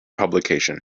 publication